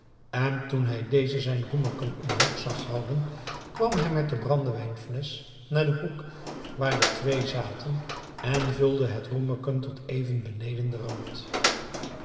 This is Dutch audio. en toen hij dezen zijn roemerken omhoog zag houden kwam hij met de brandewijnflesch naar den hoek waar de twee zaten en vulden het roemerken tot even beneden den rand